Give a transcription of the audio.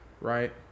right